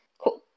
Cool